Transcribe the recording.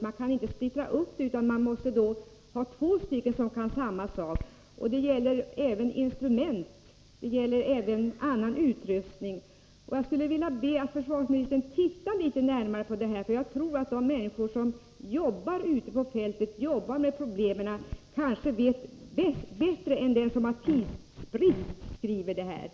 Man kan inte splittra upp det, utan man måste ha två personer som kan samma sak — det gäller även instrument och annan utrustning. Jag skulle vilja be försvarsministern att titta litet närmare på saken, därför att jag tror att de människor som jobbar ute på fältet med problemen vet bättre än den som under tidsbrist skrivit det jag citerade.